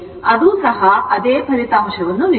ಅದು ಸಹ ಅದೇ ಫಲಿತಾಂಶವನ್ನು ನೀಡುತ್ತದೆ